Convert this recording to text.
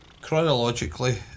Chronologically